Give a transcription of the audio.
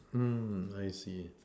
mm I see